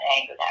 anger